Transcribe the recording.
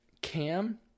Cam